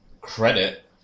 credit